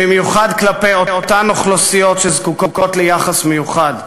במיוחד כלפי אותן אוכלוסיות שזקוקות ליחס מיוחד.